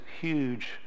huge